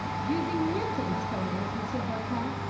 using newton's formulas, monsieur voltaire,